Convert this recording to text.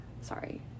Sorry